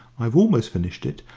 i've almost finished it,